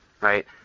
right